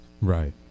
Right